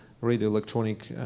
radio-electronic